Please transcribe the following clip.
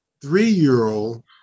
three-year-old